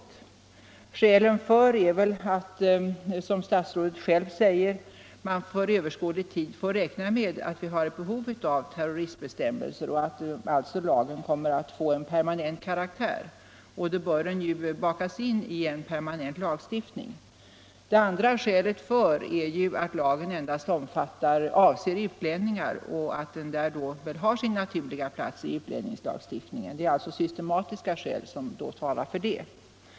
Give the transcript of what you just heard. Ett skäl för är väl att man, som statsrådet själv säger, för överskådlig tid får räkna med att vi har behov av terroristbestämmelser och att lagen alltså kommer att få permanent karaktär. Då bör den ju bakas in i en permanent lagstiftning. Ett annat skäl för är att lagen endast avser utlänningar och att den då har sin naturliga plats i utlänningslagstiftningen. Det är alltså systematiska skäl som talar för detta.